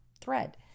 thread